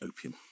opium